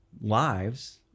lives